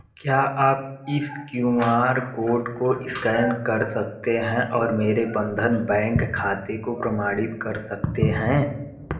क्या आप इस क्यूँ आर कोड को स्कैन कर सकते हैं और मेरे बंधन बैंक खाते को प्रमाणित कर सकते हैं